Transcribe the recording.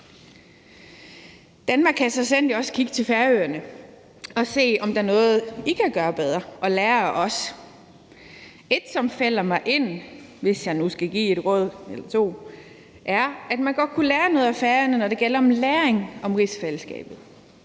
Danmark kan så sandelig også kigge til Færøerne og se, om der er noget, danskerne kan gøre bedre og lære af os. Noget, som falder mig ind, hvis jeg nu skal give et råd eller to er, at man godt kunne lære noget Færøerne, når det gælder læring om rigsfællesskabet.